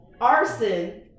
arson